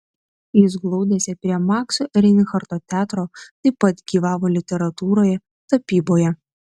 jis glaudėsi prie makso reinharto teatro taip pat gyvavo literatūroje tapyboje